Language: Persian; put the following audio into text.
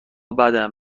بدم